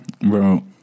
Bro